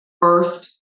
first